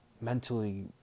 mentally